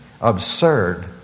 absurd